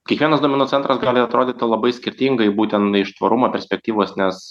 kiekvienas duomenų centras gali atrodyti labai skirtingai būten iš tvarumo perspektyvos nes